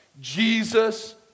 Jesus